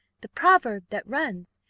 the proverb that runs,